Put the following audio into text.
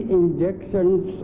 injections